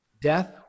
Death